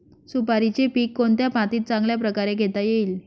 सुपारीचे पीक कोणत्या मातीत चांगल्या प्रकारे घेता येईल?